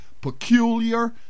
peculiar